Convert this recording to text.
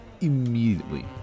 immediately